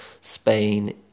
Spain